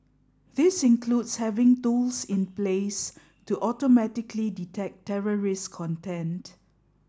this includes having tools in place to automatically detect terrorist content